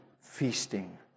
feasting